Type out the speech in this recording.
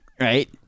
Right